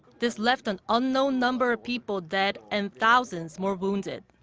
this left an unknown number of people dead and thousands more wounded.